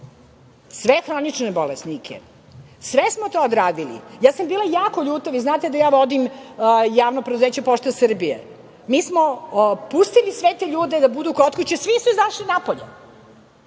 sve hronične bolesnike, sve smo to odradili. Ja sam bila jako ljuta, vi znate da ja vodim Javno preduzeće „Pošta Srbije“, mi smo pustili sve te ljude da budu kod kuće, svi su izašli napolje.